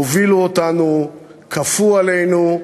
הובילו אותנו, כפו עלינו,